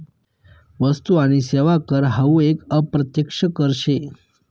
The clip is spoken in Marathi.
वस्तु आणि सेवा कर हावू एक अप्रत्यक्ष कर शे